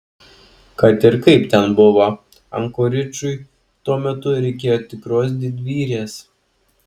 kad ir kaip ten buvo ankoridžui tuo metu reikėjo tikros didvyrės